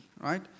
right